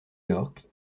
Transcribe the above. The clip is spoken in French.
york